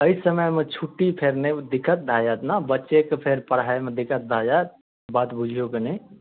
एहि समयमे छुट्टी फेर नहि दिक्कत भए जायत ने बच्चे के फेर पढ़ाइमे दिक्कत भए जाएत बात बुझियौ कनी